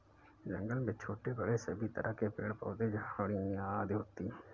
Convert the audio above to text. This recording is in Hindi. जंगल में छोटे बड़े सभी तरह के पेड़ पौधे झाड़ियां आदि होती हैं